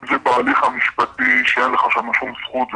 אם זה בהליך המשפטי שאין לך שם שום זכות,